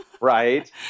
right